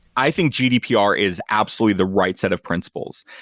i think gdpr is absolutely the right set of principles.